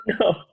No